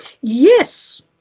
Yes